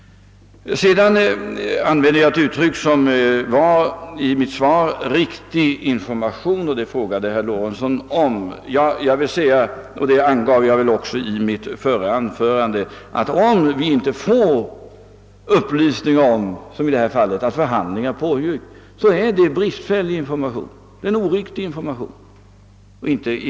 Herr Lorentzon tog upp uttrycket »riktig information», som jag använt i mitt svar. Jag vill säga — och detta angav jag väl även i mitt förra anförande — att om vi, som i detta fall, inte får upplysning om att förhandlingar pågår, så är det bristfällig, oriktig, ej tillräcklig information.